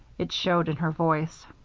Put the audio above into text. it showed in her voice